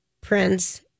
Prince